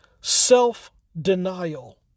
self-denial